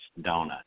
donut